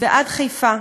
ועד חיפה,